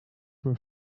were